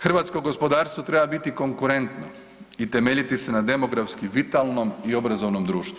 Hrvatsko gospodarstvo treba biti konkurentno i temeljiti se na demografski vitalnom i obrazovnom društvu.